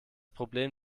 problem